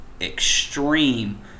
extreme